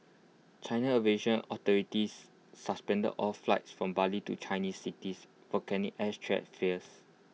China's aviation authorities suspended all flights from Bali to Chinese cities volcanic ash threat